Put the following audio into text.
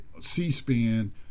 C-SPAN